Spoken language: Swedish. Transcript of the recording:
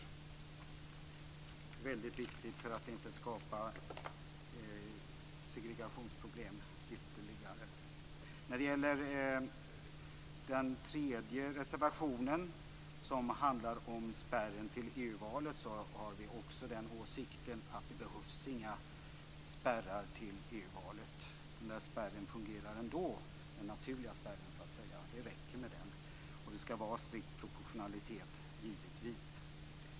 Det är väldigt viktigt för att inte skapa ytterligare segregationsproblem. När det gäller reservation 3, som handlar om spärren till EU-valet, har vi åsikten att det inte behövs några spärrar till EU-valet. Den naturliga spärren fungerar ändå, och det räcker med den. Det skall givetvis vara strikt proportionalitet.